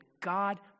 God